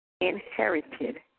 inherited